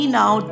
now